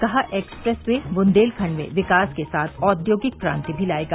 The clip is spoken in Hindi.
कहा एक्सप्रेस वे बुंदेलखंड में विकास के साथ औद्योगिक क्रांति भी लाएगा